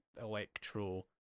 electro